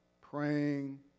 praying